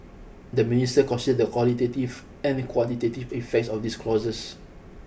the Minister considered the qualitative and quantitative effects of these clauses